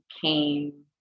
came